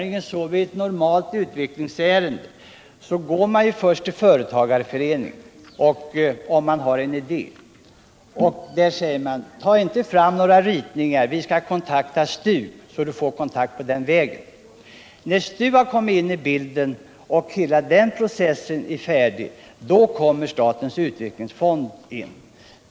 I ett normalt utvecklingsärende går man först till företagarföreningen om man har en idé och säger: Ta inte fram ritningar, vi skall tala med STU för att få kontakter den vägen. När STU har kommit in i bilden och hela den processen är färdig kommer statens utvecklingsfond in.